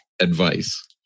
advice